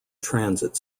transit